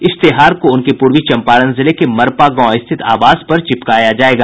इश्तेहार को उनके पूर्वी चंपारण जिले के मरपा गांव स्थित आवास पर चिपकाया जायेगा